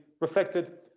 reflected